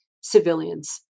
civilians